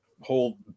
whole